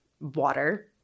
water